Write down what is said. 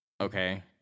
Okay